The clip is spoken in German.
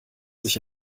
sich